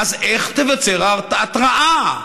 אז איך תיווצר ההתרעה?